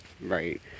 right